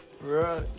Right